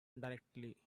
directly